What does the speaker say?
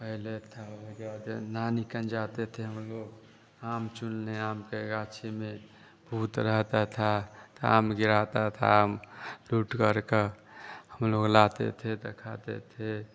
पहले थे वो ज़्यादा नानी के यहाँ जाते थे हम लोग आम चुलने आम के गाची में भूत रहता था तो आम गिराते थे लूट करके हम लोग लाते थे तो खाते थे